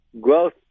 Growth